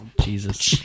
Jesus